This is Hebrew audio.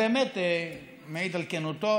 זה באמת מעיד על כנותו,